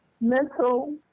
mental